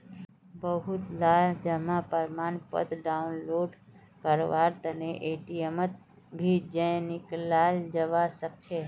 बहुतला जमा प्रमाणपत्र डाउनलोड करवार तने एटीएमत भी जयं निकलाल जवा सकछे